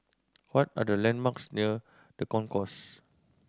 what are the landmarks near The Concourse